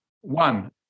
One